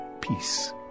peace